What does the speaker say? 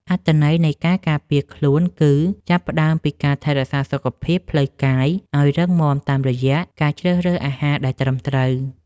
អត្ថន័យនៃការការពារខ្លួនគឺ ចាប់ផ្ដើមពីការថែរក្សាសុខភាពផ្លូវកាយឱ្យរឹងមាំតាមរយៈការជ្រើសរើសអាហារដែលត្រឹមត្រូវ។